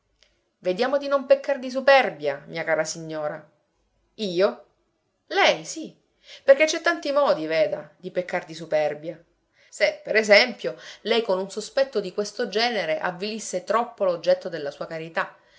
vediamo di non peccar di superbia mia cara signora io lei sì perché c'è tanti modi veda di peccar di superbia se per esempio lei con un sospetto di questo genere avvilisse troppo l'oggetto della sua carità